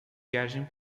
viagem